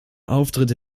auftritte